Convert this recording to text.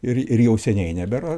ir jau seniai nebėra